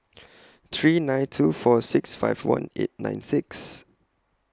three nine two four six five one eight nine six